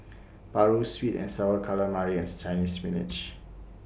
Paru Sweet and Sour Calamari and Chinese Spinach